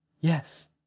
yes